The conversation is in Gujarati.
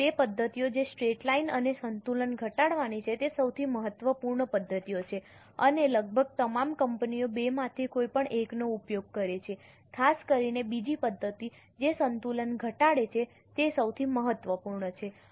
પ્રથમ બે પદ્ધતિઓ જે સ્ટ્રેટ લાઇન અને સંતુલન ઘટાડવાની છે તે સૌથી મહત્વપૂર્ણ પદ્ધતિઓ છે અને લગભગ તમામ કંપનીઓ બેમાંથી કોઈપણ એકનો ઉપયોગ કરે છે ખાસ કરીને બીજી પદ્ધતિ જે સંતુલન ઘટાડે છે તે સૌથી મહત્વપૂર્ણ છે